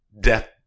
death